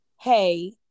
hey